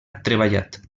treballat